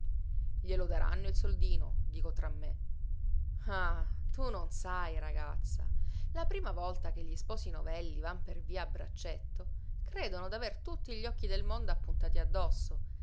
glielo daranno il soldino dico tra me ah tu non sai ragazza la prima volta che gli sposi novelli van per via a braccetto credono d'aver tutti gli occhi del mondo appuntati addosso